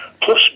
plus